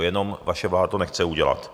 Jenom vaše vláda to nechce udělat.